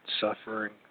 suffering